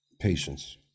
patience